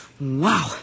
Wow